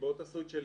תעשו את שלי.